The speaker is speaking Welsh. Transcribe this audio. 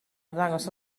ymddangos